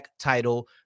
title